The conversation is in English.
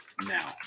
now